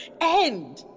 end